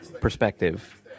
perspective